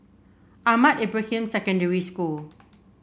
Ahmad Ibrahim Secondary School